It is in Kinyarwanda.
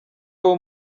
uwo